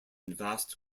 vast